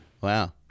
Wow